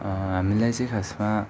हमीलाई चाहिँ खासमा